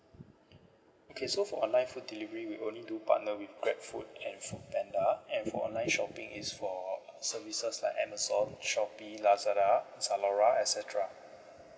okay so for online food delivery we only do partner with grabfood and foodpanda and for online shopping is for services like amazon shopee lazada zalora et cetera